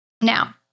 Now